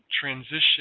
transition